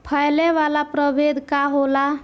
फैले वाला प्रभेद का होला?